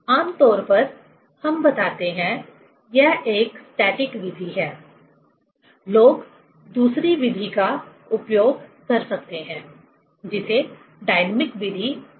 आमतौर पर हम बताते हैं यह एक स्टैटिक विधि है लोग दूसरी विधि का उपयोग कर सकते हैं जिसे डायनामिक विधि कहा जाता है